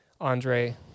Andre